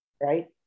right